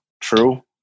True